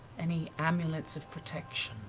any amulets of protection,